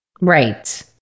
Right